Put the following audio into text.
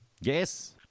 Yes